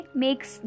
makes